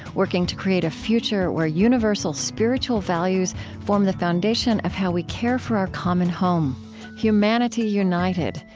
working to create a future where universal spiritual values form the foundation of how we care for our common home humanity united,